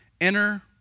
Enter